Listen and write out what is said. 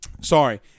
sorry